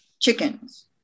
chickens